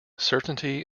certainty